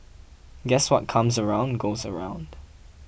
guess what comes around goes around